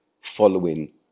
following